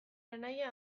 anaia